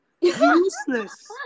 Useless